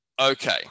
Okay